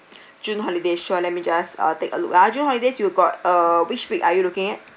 june holiday sure let me just uh take a look ah june holidays you got uh which week are you looking at